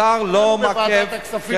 בוועדת הכספים,